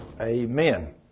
amen